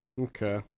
Okay